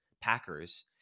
Packers